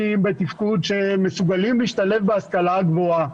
בתפקוד שמסוגלים להשתלב בהשכלה הגבוהה.